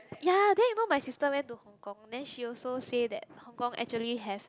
ya then you know my sister went to Hong-Kong then she also say that Hong-Kong actually have